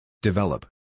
Develop